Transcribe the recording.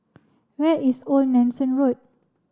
where is Old Nelson Road